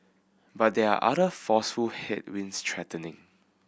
but there are other forceful headwinds threatening